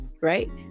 right